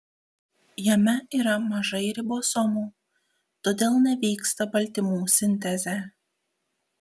jame yra mažai ribosomų todėl nevyksta baltymų sintezė